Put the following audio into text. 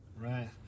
Right